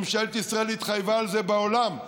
ממשלת ישראל התחייבה לזה בעולם,